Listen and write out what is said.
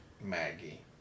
Maggie